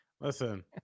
Listen